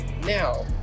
Now